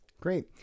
Great